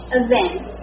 event